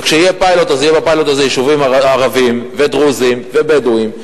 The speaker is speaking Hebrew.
וכשיהיה פיילוט אז יהיו בפיילוט הזה יישובים ערביים ודרוזיים ובדואיים,